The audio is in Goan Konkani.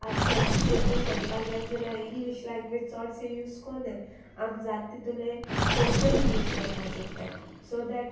आतां चर्ची देकून सांगपा गेले जाल्यार इंग्लीश लँग्वेज चोडशे यूज कोनाय आमी जात तितूले कोंकणी यूज कोरपा सोदताय सो दॅट